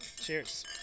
Cheers